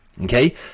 okay